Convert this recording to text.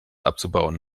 abzubauen